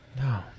No